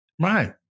Right